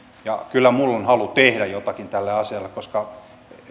ja kyllä minulla on halu tehdä jotakin tälle asialle koska